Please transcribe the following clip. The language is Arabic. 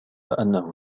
أنه